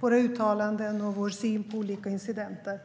våra uttalanden och vår syn på olika incidenter.